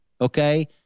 okay